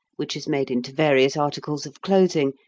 which is made into various articles of clothing,